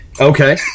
Okay